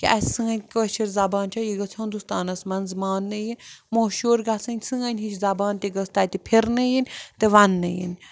کہِ اَسہِ سٲنۍ کٲشِر زبان چھےٚ یہِ گٔژھ ہُندوستانَس منٛز مانٛنہٕ یہِ مشہوٗر گژھٕنۍ سٲنۍ ہِش زبان تہِ گٔژھ تَتہِ پھِرنہٕ یِنۍ تہٕ وَننہٕ یِنۍ